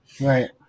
Right